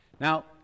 Now